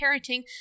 parenting